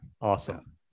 Awesome